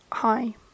Hi